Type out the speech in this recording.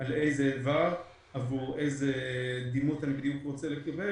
על איזה איבר עבור איזה דימות אני בדיוק רוצה לכוון,